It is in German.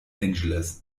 angeles